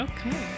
Okay